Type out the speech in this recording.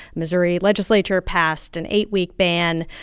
missouri legislature passed an eight-week ban.